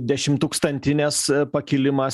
dešimtūkstantinės pakilimas